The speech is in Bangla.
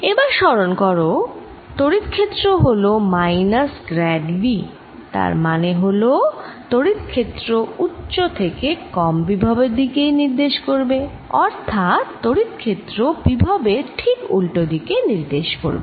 এবার স্মরণ করো তড়িৎ ক্ষেত্র হল মাইনাস গ্র্যাড V যার মানে হল তড়িৎ ক্ষেত্র উচ্চ থেকে কম বিভবের দিকেই নির্দেশ করবে অর্থাৎ তড়িৎ ক্ষেত্র বিভবের ঠিক উল্টো দিকে নির্দেশ করবে